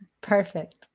Perfect